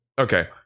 okay